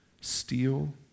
steal